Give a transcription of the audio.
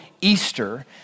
Easter